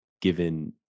given